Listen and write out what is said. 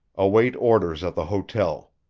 await orders at the hotel.